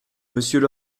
monsieur